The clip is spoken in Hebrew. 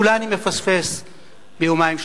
אולי אני מפספס ביומיים-שלושה,